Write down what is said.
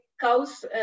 cows